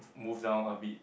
move down a bit